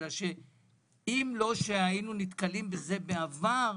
אם לא היינו נתקלים בזה בעבר,